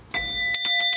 hvad er det,